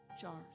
jars